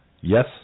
Yes